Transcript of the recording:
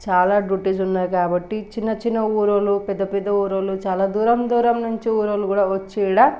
చాలా డ్యూటీస్ ఉన్నాయి కాబట్టి చిన్న చిన్న ఊరు వాళ్ళు పెద్దపెద్ద ఊరి వాళ్ళు చాలా దూరం దూరం నుంచి ఊరి వాళ్ళు కూడా వచ్చి ఈడ